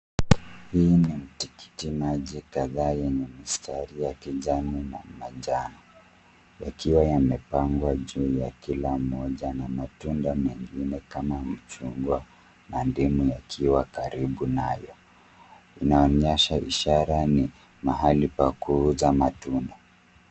Hii ni mtikiti maji kadhaa yenye mistari ya kijani na manjano yakiwa yamepangwa juu ya kila mmoja na matunda mengine kama chungwa na ndimu yakiwa karibu nayo. Inaonyesha ishara ni mahali pa kuuza matunda.